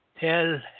tell